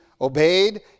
obeyed